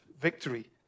victory